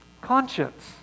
conscience